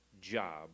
job